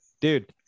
dude